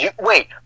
Wait